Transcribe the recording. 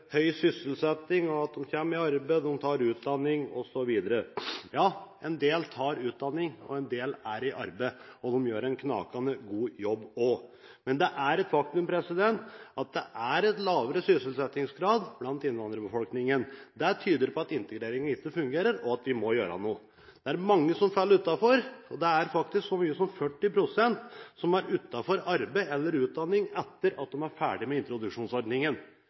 høy sysselsetting, en kommer i arbeid, en tar utdanning osv. Ja, en del tar utdanning, og en del er i arbeid og gjør en knakende god jobb også. Men det er et faktum at det er lavere sysselsettingsgrad blant innvandrerbefolkningen. Det tyder på at integreringen ikke fungerer, og at vi må gjøre noe. Det er mange som faller utenfor, og det er faktisk så mye som 40 pst. som er utenfor arbeid eller utdanning etter at de ferdig med introduksjonsordningen.